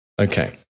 Okay